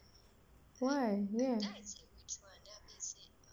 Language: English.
why near